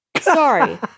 Sorry